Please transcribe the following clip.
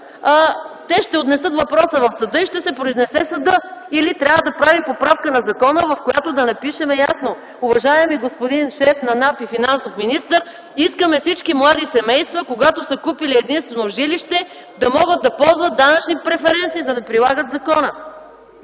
те ще отнесат въпроса в съда и ще се произнесе съдът. Или трябва да правим поправка на закона, в която да напишем ясно: „Уважаеми господин шеф на НАП и финансов министър, искаме всички млади семейства, когато са купили единствено жилище, да могат да ползват данъчни преференции, за да прилагат закона”.